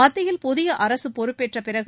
மத்தியில் புதிய அரசு பொறுப்பேற்ற பிறகு